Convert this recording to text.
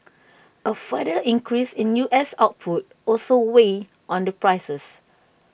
A further increase in U S output also weighed on the prices